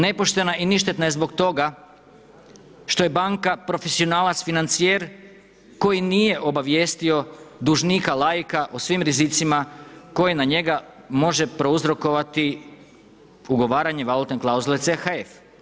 Nepoštena i ništetna je zbog toga što je banka profesionalac financijer koji nije obavijestio dužnika laika o svim rizicima koji na njega može prouzrokovati ugovaranje valutne klauzule CHF.